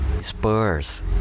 spurs